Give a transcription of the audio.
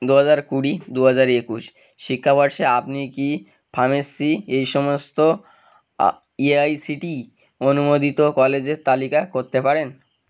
দু হাজার কুড়ি দু হাজার একুশ শিক্ষাবর্ষে আপনি কি ফার্মেসি এই সমস্ত A I C T E অনুমোদিত কলেজের তালিকা করতে পারেন